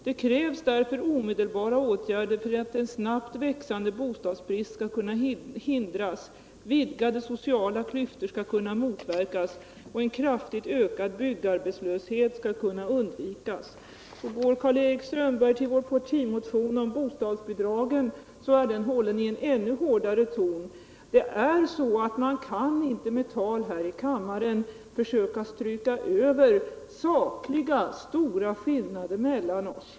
Det krävs därför omedelbara åtgärder för att en snabbt växande bostadsbrist skall kunna förhindras, vidgade sociala klyftor skall kunna motverkas och en kraftigt ökad byggarbetslöshet skall kunna undvikas.” Går Karl-Erik Strömberg till vår partimotion om bostadsbidragen, så finner han att den är hållen i en ännu hårdare ton. Man kan inte med tal här i kammaren stryka över stora sakliga skillnader mellan oss.